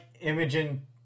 Imogen